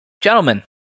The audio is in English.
gentlemen